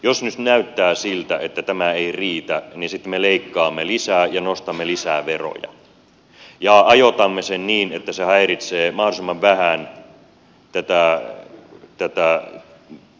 jos nyt näyttää siltä että tämä ei riitä niin sitten me leikkaamme lisää ja nostamme lisää veroja ja ajoitamme sen niin että se häiritsee mahdollisimman vähän tätä suhdannetilannetta